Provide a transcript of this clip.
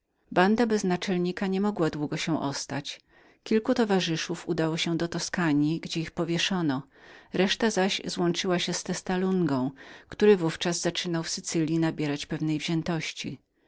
banda bez naczelnika nie mogła długo się ostać kilku z naszych towarzyszów powieszono w toskanji reszta zaś złączyła się z testa lungą który w ówczas zaczynał w sycylji nabierać pewnej wziętości